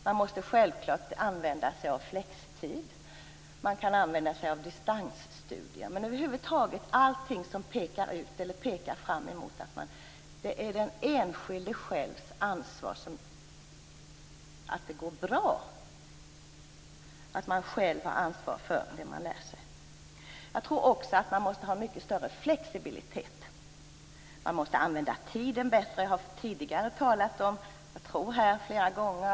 Man måste tillämpa flextid, och man kan använda sig av distansstudier. Allting pekar fram emot att den enskilde skall ha ett eget ansvar för att det går bra i studierna. Jag tror också att man måste ha en mycket större flexibilitet. Det har här tidigare talats om att man måste använda tiden bättre.